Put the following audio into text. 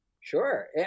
Sure